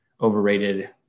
overrated